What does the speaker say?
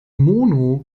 mono